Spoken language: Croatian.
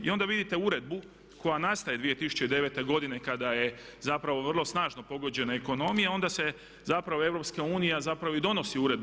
I onda vidite uredbu koja nastaje 2009. godine kada je zapravo vrlo snažno pogođena ekonomija, onda se zapravo EU zapravo i donosi uredbu.